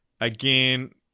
again